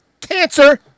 Cancer